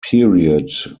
period